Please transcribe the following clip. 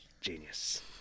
Genius